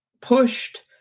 pushed